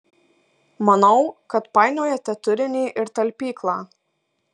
manau kad painiojate turinį ir talpyklą